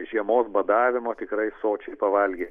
žiemos badavimo tikrai sočiai pavalgyti